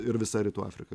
ir visa rytų afrika